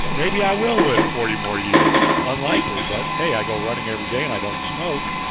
maybe i will live forty more years! unlikely but, hey, i go running every day and i don't smoke.